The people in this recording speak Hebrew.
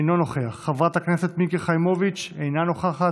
אינו נוכח, חברת הכנסת מיקי חיימוביץ' אינה נוכחת,